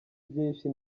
byinshi